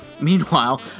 Meanwhile